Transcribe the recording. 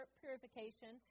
purification